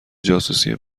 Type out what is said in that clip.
جاسوسی